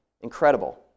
Incredible